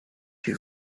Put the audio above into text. you